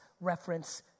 reference